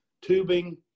tubing